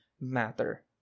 matter